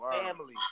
family